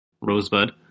Rosebud